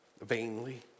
vainly